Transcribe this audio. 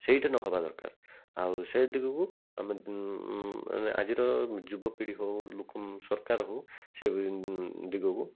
ସେଇଟା ନ ହବା ଦରକାର ଆଉ ସେ ଦିଗକୁ ଆମେ ମାନେ ଆଜିର ଯୁବପିଢ଼ି ହେଉ ଲୋକ ସରକାର ହେଉ ସେ ଦିଗକୁ